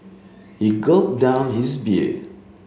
he gulped down his beer